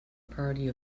party